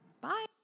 Bye